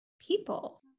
people